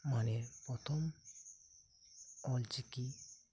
ᱢᱟᱱᱮ ᱯᱨᱚᱛᱷᱚᱢ ᱚᱞ ᱪᱤᱠᱤ